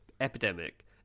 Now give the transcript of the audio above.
epidemic